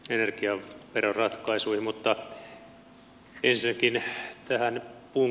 ensinnäkin tähän puun käyttöön